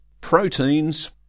proteins